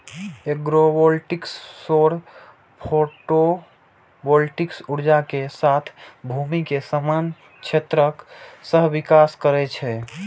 agrovoltaics सौर photovoltaic ऊर्जा के साथ भूमि के समान क्षेत्रक सहविकास करै छै